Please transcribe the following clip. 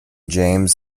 james